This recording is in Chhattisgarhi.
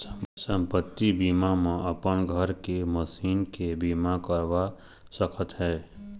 संपत्ति बीमा म अपन घर के, मसीन के बीमा करवा सकत हे